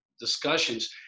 discussions